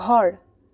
ঘৰ